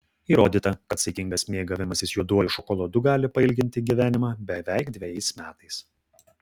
įrodyta kad saikingas mėgavimasis juoduoju šokoladu gali pailginti gyvenimą beveik dvejais metais